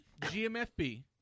GMFB